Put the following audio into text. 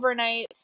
overnights